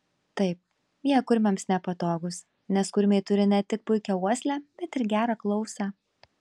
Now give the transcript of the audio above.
taip jie kurmiams nepatogūs nes kurmiai turi ne tik puikią uoslę bet ir gerą klausą